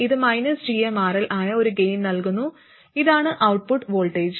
ഇത് gmRL ആയ ഒരു ഗെയിൻ നൽകുന്നു ഇതാണ് ഔട്ട്പുട്ട് വോൾട്ടേജ്